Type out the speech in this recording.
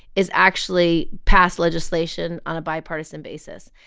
is actually pass legislation on a bipartisan basis.